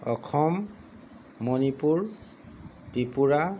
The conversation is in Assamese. অসম মণিপুৰ ত্ৰিপুৰা